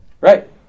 Right